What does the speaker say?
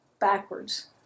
backwards